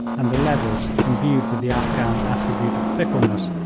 and the levies, imbued with the afghan attribute of fickleness,